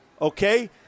okay